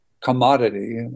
commodity